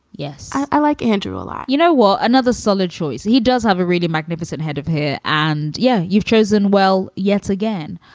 yes. i like andrew a lot you know what? another solid choice. he does have a really magnificent head of hair. and yeah, you've chosen well, yet again.